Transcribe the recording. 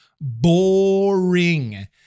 boring